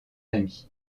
ami